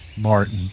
Martin